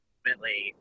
Ultimately